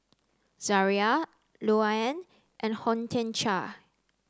Zaria Louann and Hortencia